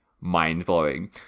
mind-blowing